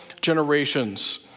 generations